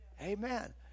Amen